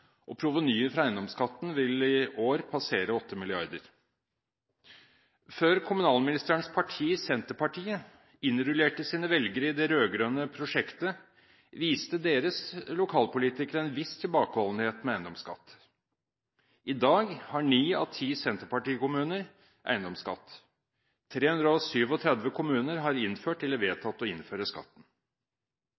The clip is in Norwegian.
og provenyet for eiendomsskatten vil i år passere 8 mrd. kr. Før kommunalministerens parti, Senterpartiet, innrullerte sine velgere i det rød-grønne prosjektet, viste deres lokalpolitikere en viss tilbakeholdenhet med eiendomsskatt. I dag har ni av ti Senterparti-kommuner eiendomsskatt. 337 kommuner har innført eller